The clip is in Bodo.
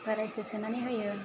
बोरायसो सोनानै होयो